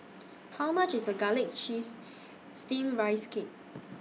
How much IS Garlic Chives Steamed Rice Cake